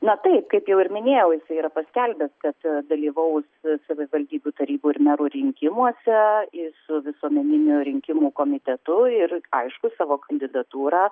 na taip kaip jau ir minėjau jisai yra paskelbęs kad dalyvaus savivaldybių tarybų ir merų rinkimuose ir su visuomeniniu rinkimų komitetu ir aišku savo kandidatūrą